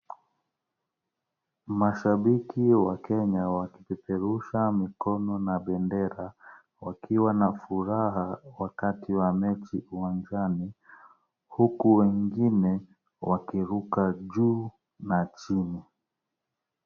Mashabiki wa Kenya wakipeperusha mikono na bendera wakiwa na furaha wakati wa mechi uwanjani, huku wengine wakiruka juu na chini.